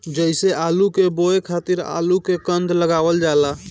जइसे आलू के बोए खातिर आलू के कंद लगावल जाला